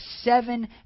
seven